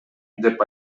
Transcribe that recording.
деп